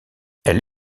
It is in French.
elle